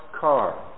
car